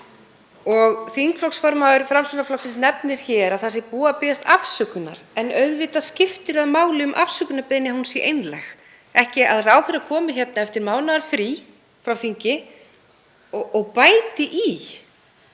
Þingflokksformaður Framsóknarflokksins nefnir hér að það sé búið að biðjast afsökunar en auðvitað skiptir það máli um afsökunarbeiðni að hún sé einlæg, ekki að ráðherra komi hingað eftir mánaðarfrí frá þingi og bæti í